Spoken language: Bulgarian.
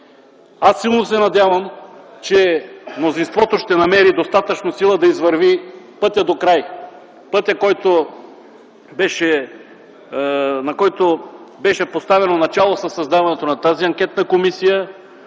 Силно се надявам, че мнозинството ще намери достатъчно сила да извърви пътя докрай, пътя, на който беше поставено началото със създаването на тази анкетна комисия.